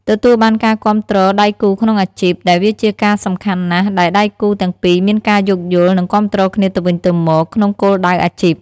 ទទួលបានការគាំទ្រដៃគូក្នុងអាជីព ដែលវាជាការសំខាន់ណាស់ដែលដៃគូទាំងពីរមានការយោគយល់ និងគាំទ្រគ្នាទៅវិញទៅមកក្នុងគោលដៅអាជីព។